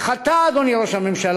אך אתה, אדוני ראש הממשלה,